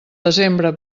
desembre